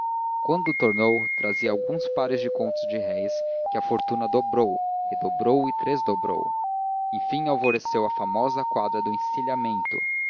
quando tornou trazia alguns pares de contos de réis que a fortuna dobrou redobrou e tresdobrou enfim alvoreceu a famosa quadra do encilhamento